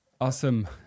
awesome